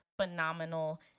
phenomenal